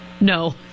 No